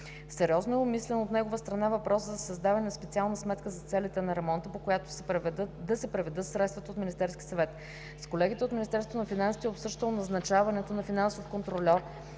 Сериозно е обмислян от негова страна въпросът за създаването на специална сметка за целите на ремонта, по която да се преведат средствата от Министерски съвет. С колегите от Министерство на финансите е обсъждано назначаването на финансов контрольор,